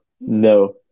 No